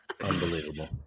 Unbelievable